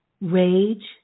rage